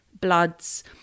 bloods